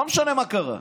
לא משנה מה קרה.